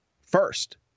first